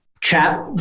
chat